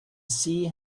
sea